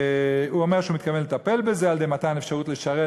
והוא אומר שהוא מתכוון לטפל בזה על-ידי מתן אפשרות לשרת,